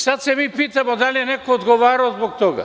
Sad se mi pitamo – da li je neko odgovarao zbog toga?